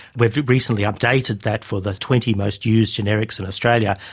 we've recently updated that for the twenty most used generics in australia,